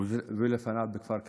ולפניו בכפר כנא.